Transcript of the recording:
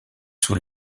sous